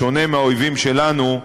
בשונה מהאויבים שלנו,